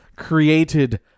Created